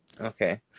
Okay